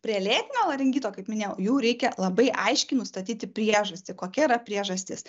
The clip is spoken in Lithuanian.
prie lėtinio laringito kaip minėjau jau reikia labai aiškiai nustatyti priežastį kokia yra priežastis